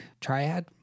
triad